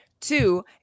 Two